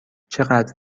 چقدر